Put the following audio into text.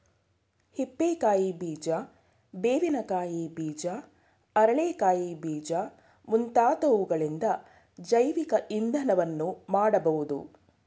ಹಿಪ್ಪೆ ಕಾಯಿ ಬೀಜ, ಬೇವಿನ ಕಾಯಿ ಬೀಜ, ಅರಳೆ ಕಾಯಿ ಬೀಜ ಮುಂತಾದವುಗಳಿಂದ ಜೈವಿಕ ಇಂಧನವನ್ನು ಮಾಡಬೋದು